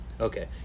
okay